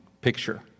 picture